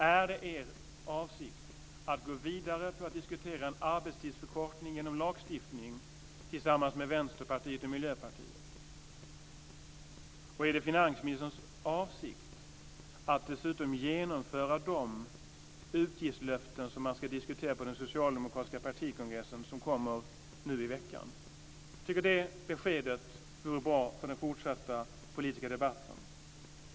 Är det er avsikt att gå vidare och diskutera en arbetstidsförkortning genom lagstiftning tillsammans med Västerpartiet och Miljöpartiet? Är det finansministerns avsikt att dessutom genomföra de utgiftslöften som man ska diskutera på den socialdemokratiska partikongressen som kommer nu i veckan? Jag tycker att det vore bra att få det beskedet inför den fortsatta politiska debatten.